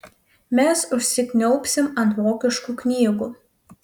mes užsikniaubsim ant vokiškų knygų